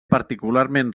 particularment